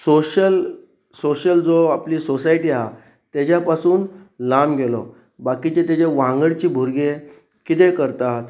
social social जो आपली society आसा तेज्या पासून लांब गेलो बाकीचे तेजे वांगडचे भुरगे कितें करतात